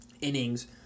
innings